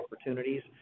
opportunities